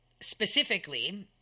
specifically